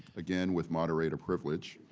again, with moderator privilege.